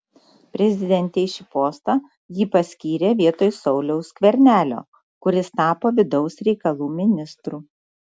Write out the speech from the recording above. prezidentė į šį postą jį paskyrė vietoj sauliaus skvernelio kuris tapo vidaus reikalų ministru